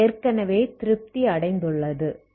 இது ஏற்கெனவே திருப்தி அடைந்துள்ளது